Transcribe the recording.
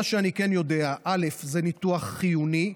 מה שאני כן יודע, זה ניתוח חיוני,